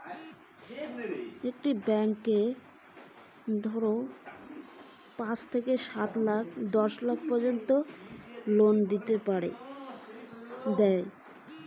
কত টাকা পর্যন্ত লোন দেয় ব্যাংক?